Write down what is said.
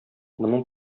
моның